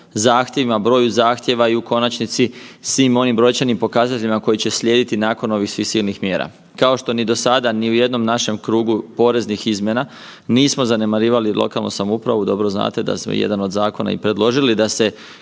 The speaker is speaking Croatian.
zahtjevima, broju zahtjeva i svim onim brojčanim pokazateljima koji će slijediti nakon ovih svih silnih mjera. Kao što ni do sada ni u jednom našem krugu poreznih izmjena nismo zanemarivali lokalnu samoupravu, dobro znate da smo jedan od zakona i predložili da se